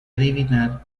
adivinar